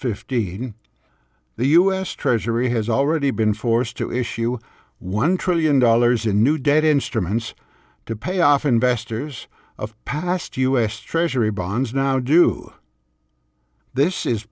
fifteen the us treasury has already been forced to issue one trillion dollars in new debt instruments to pay off investors of past u s treasury bonds now do this is